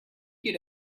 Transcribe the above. get